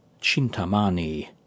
Chintamani